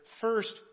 First